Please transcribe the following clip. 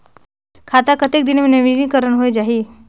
खाता कतेक दिन मे नवीनीकरण होए जाहि??